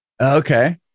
Okay